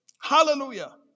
Hallelujah